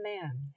man